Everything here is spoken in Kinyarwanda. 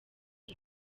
iyi